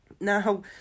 now